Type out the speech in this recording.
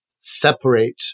separate